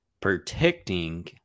protecting